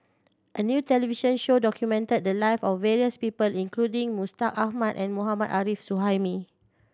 a new television show documented the life of various people including Mustaq Ahmad and Mohammad Arif Suhaimi